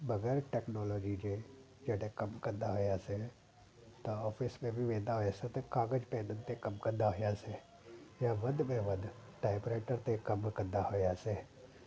बग़ैर टेक्नोलोजी जे जॾहिं कमु कंदा हुयासीं त आफीस में बि वेंदा हुयासीं त क़ाग़ज पेनुनि ते कमु कंदा हुयासीं यां वध में वधु टाईप राईटर ते कमु कंदा हुयासीं